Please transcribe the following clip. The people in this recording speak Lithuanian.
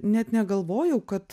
net negalvojau kad